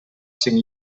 cinc